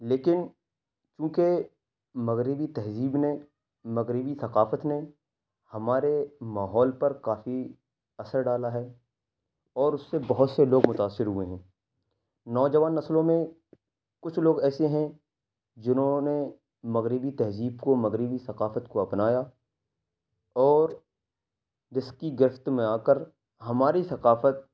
لیکن چوں کہ مغربی تہذیب نے مغربی ثقافت نے ہمارے ماحول پر کافی اثر ڈالا ہے اور اس سے بہت سے لوگ متاثر ہوئے ہیں نوجوان نسلوں میں کچھ لوگ ایسے ہیں جنہوں نے مغربی تہذیب کو مغربی ثقافت کو اپنایا اور جس کی گرفت میں آ کر ہماری ثقافت